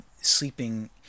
sleeping